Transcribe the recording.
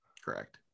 Correct